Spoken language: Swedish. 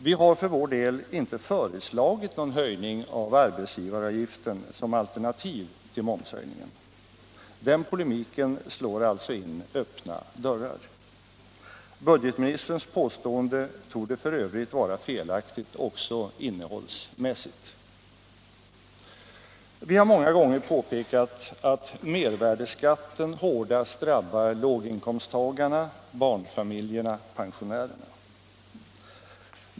Vi har för vår del inte föreslagit någon höjning av arbetsgivaravgiften som alternativ till momshöjningen. Den polemiken slår alltså in öppna dörrar. Budgetministerns påstående torde f.ö. vara felaktigt också innehållsmässigt. Vi har många gånger påpekat att mervärdeskatten hårdast drabbar låginkomsttagarna, barnfamiljerna och pensionärerna.